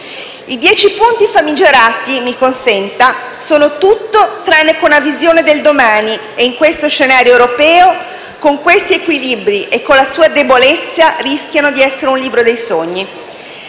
I dieci punti famigerati - mi consenta - sono tutto tranne che una visione del domani e in questo scenario europeo, con questi equilibri e con la sua debolezza, rischiano di essere un libro dei sogni.